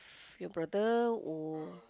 your brother or